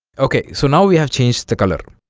okay so now we have changed the color